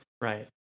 right